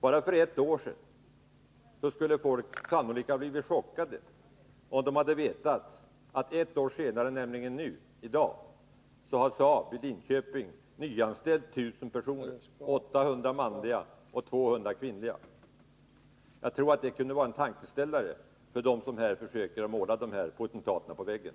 För bara ett år sedan skulle folk ha blivit chockade om de hade vetat vad som skulle hända ett år senare, alltså nu, att Saab i Linköping nyanställer 1000 personer, 800 män och 200 kvinnor. Jag tror det kan vara en tankeställare för dem som nu försöker måla dessa potentater på väggen.